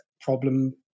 problem